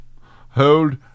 hold